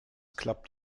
klappt